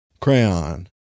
Crayon